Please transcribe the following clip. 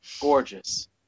Gorgeous